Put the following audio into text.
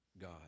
God